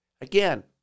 again